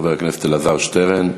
חבר הכנסת אלעזר שטרן.